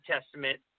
Testament